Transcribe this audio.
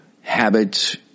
habits